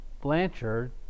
Blanchard